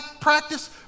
practice